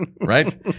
Right